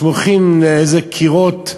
סמוכים לקירות,